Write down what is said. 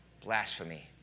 Blasphemy